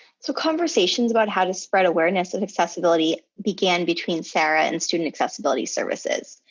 so conversations about how to spread awareness and accessibility began between sarah and student accessibility services.